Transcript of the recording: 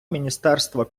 міністерства